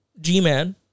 G-Man